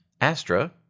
Astra